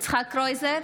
יצחק קרויזר,